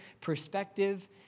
perspective